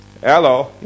Hello